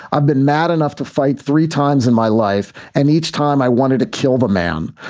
i've been mad enough to fight three times in my life and each time i wanted to kill the man.